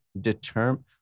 determine